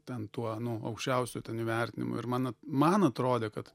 ten tuo nu aukščiausiu įvertinimu ir man man atrodė kad